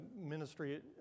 ministry